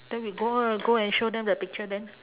then we go out go and show them the picture then